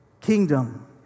kingdom